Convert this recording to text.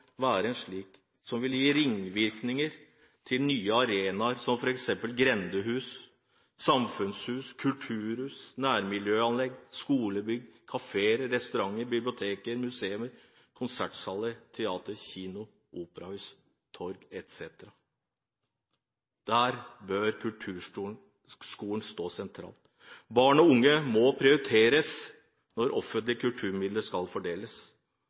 være en slik som vil gi ringvirkninger til nye arenaer som f.eks. grendehus, samfunnshus, kulturhus, nærmiljøanlegg, skolebygg, kafeer, restauranter, bibliotek, museer, konsertsaler, teater, kinoer, operahus, torg etc. Der bør kulturskolen stå sentralt. Barn og unge må prioriteres når offentlige kulturmidler skal fordeles.